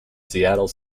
seattle